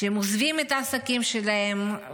הם עוזבים את העסקים שלהם,